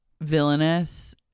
villainous